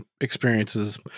experiences